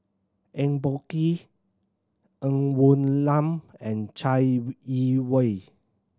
Eng Boh Kee Ng Woon Lam and Chai Yee Wei